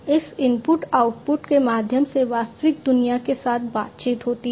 इस input output के माध्यम से वास्तविक दुनिया के साथ बातचीत होती है